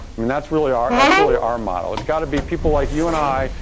i mean that's really our that's really our model. it's got to be people like you and i,